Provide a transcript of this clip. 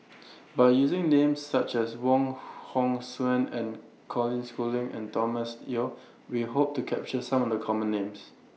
By using Names such as Wong Hong Suen and Colin Schooling and Thomas Yeo We Hope to capture Some of The Common Names